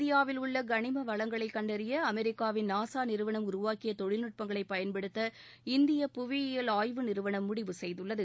இந்தியாவில் உள்ள கனிம வளங்களைக் கண்டறிய அமெரிக்காவின் நாசா நிறுவனம் உருவாக்கிய தொழில்நுட்பங்களை பயன்படுத்த இந்திய புவியியல் ஆய்வு நிறுவனம் முடிவு செய்துள்ளது